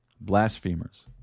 blasphemers